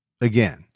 again